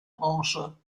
branche